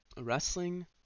wrestling